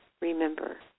Remember